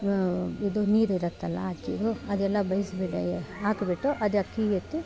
ಇದು ನೀರು ಇರುತ್ತೆಲ್ಲ ಅಕ್ಕಿದು ಅದೆಲ್ಲ ಬೇಯಿಸಿಬಿಟ್ಟ ಹಾಕಿಬಿಟ್ಟು ಅದು ಅಕ್ಕಿ ಎತ್ತಿ